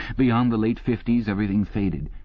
beyond the late fifties everything faded.